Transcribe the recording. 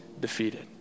defeated